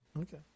Okay